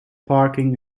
parking